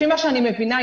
לפי מה שאני מבינה,